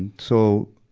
and so,